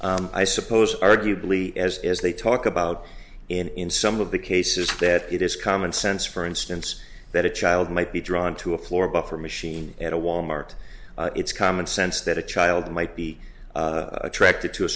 cases i suppose arguably as they talk about in some of the cases that it is common sense for instance that a child might be drawn to a floor buffer machine at a wal mart it's common sense that a child might be attracted to a